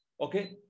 Okay